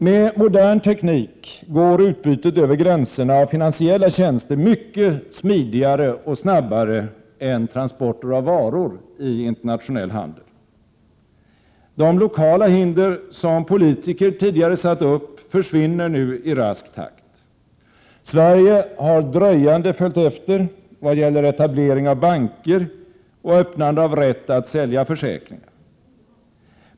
Med modern teknik går utbytet över gränserna av finansiella tjänster mycket smidigare och snabbare än transporter av varor i internationell handel. De lokala hinder som politiker tidigare satt upp försvinner nu i rask takt. Sverige har dröjande följt efter i vad gäller etablering av banker och öppnande av rätt att sälja försäkringar.